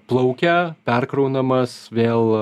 plaukia perkraunamas vėl